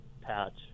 patch